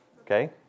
Okay